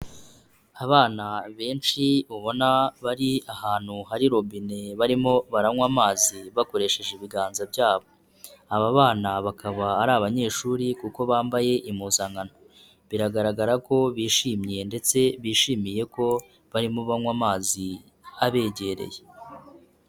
Abana benshi ubona bari ahantu hari robine barimo baranywa amazi bakoresheje ibiganza byabo. Aba bana bakaba ari abanyeshuri kuko bambaye impuzankano, biragaragara ko bishimye ndetse bishimiye ko barimo banywa amazi abegereye.